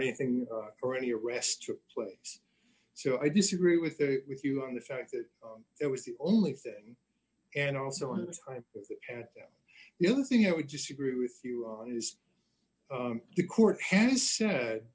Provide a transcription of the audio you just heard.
anything or any arrest took place so i disagree with with you on the fact that it was the only thing and also another time and the other thing i would disagree with you on is the court has said